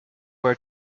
were